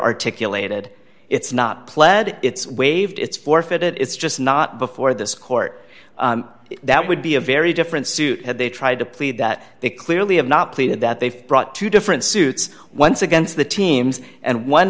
articulated it's not pled it's waived it's forfeited it's just not before this court that would be a very different suit had they tried to plead that they clearly have not pleaded that they've brought two different suits once against the teams and one